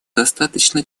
достаточно